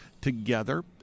together